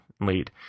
lead